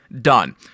done